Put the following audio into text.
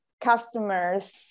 customers